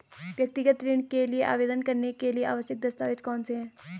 व्यक्तिगत ऋण के लिए आवेदन करने के लिए आवश्यक दस्तावेज़ कौनसे हैं?